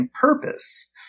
purpose